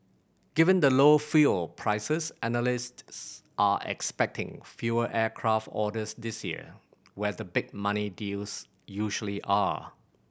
given the low fuel prices analysts are expecting fewer aircraft orders this year where the big money deals usually are